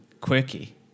quirky